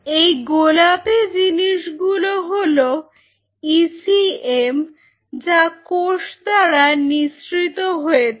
এই গোলাপি জিনিসগুলো হলো ই সি এম যা কোষ দ্বারা নিঃসৃত হয়েছে